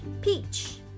peach